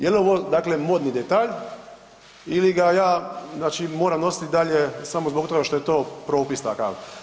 Je li ovo dakle modni detalj ili ga ja znači moram nositi i dalje samo zbog toga što je to propis takav?